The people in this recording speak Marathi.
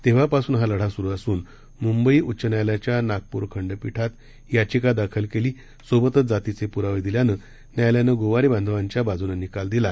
तेव्हा पासून हा लढा सुरु असून मुंबई हायकोर्टाच्या नागपूर खंडपिठात याचिका दाखल केली सोबतच जातीचे पुरावे दिल्यानं न्यायालयानं गोवारी बांधवांच्या बाजूने निकाल दिला